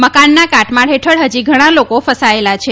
મકાનના કાટમાળ હેઠળ હજી ઘણા લોકો ફસાથેલા છે